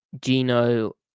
Gino